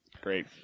great